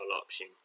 option